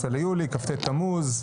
18 ביולי, כ"ט בתמוז,